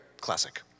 classic